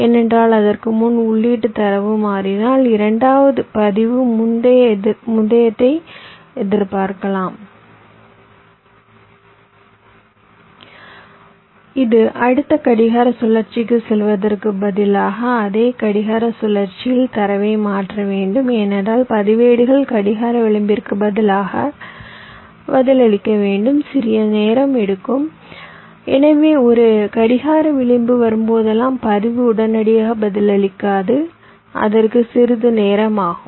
ஏனென்றால் அதற்கு முன் உள்ளீட்டுத் தரவு மாறினால் இரண்டாவது பதிவு முந்தையதை எதிர்பார்க்கலாம் இது அடுத்த கடிகார சுழற்சிக்குச் செல்வதற்குப் பதிலாக அதே கடிகார சுழற்சியில் தரவை மாற்ற வேண்டும் ஏனென்றால் பதிவேடுகள் கடிகார விளிம்பிற்கு பதிலளிக்க சிறிது நேரம் எடுக்கும் எனவே ஒரு கடிகார விளிம்பு வரும்போதெல்லாம் பதிவு உடனடியாக பதிலளிக்காது அதற்கு சிறிது நேரம் ஆகும்